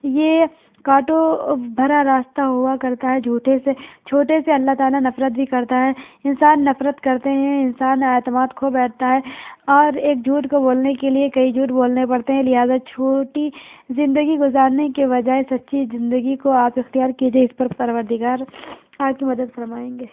یہ کانٹوں بھرا راستہ ہوا کرتا ہے جھوٹے سے چھوٹے سے اللہ تعالی نفرت بھی کرتا ہے انسان نفرت کرتے ہیں انسان اعتماد کھو بیٹھتا ہے اور ایک جھوٹ کو بولنے کے لیے کئی جھوٹ بولنے پڑتے ہیں لہٰذا چھوٹی زندگی گزارنے کے بجائے سچی زندگی کو آپ اختیار کیجیے اس پر پروردگار آپ کی مدد فرمائیں گے